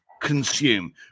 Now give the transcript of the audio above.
consume